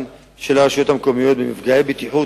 של הרשויות המקומיות במפגעי בטיחות,